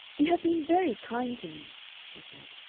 you have been very kind to me, she said.